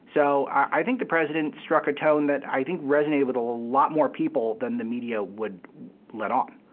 so i think the president struck a tone that i think resonated with a lot more people than the media would let on.